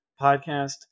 podcast